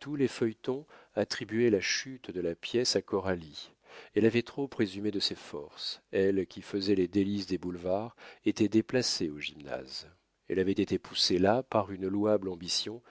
tous les feuilletonistes attribuaient la chute de la pièce à coralie elle avait trop présumé de ses forces elle qui faisait les délices des boulevards était déplacée au gymnase elle avait été poussée là par une louable ambition